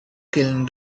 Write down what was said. kiln